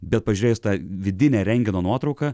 bet pažeista vidinė rentgeno nuotrauka